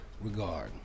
regard